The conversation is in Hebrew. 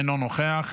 אינו נוכח.